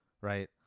right